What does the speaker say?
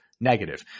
Negative